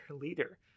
leader